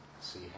see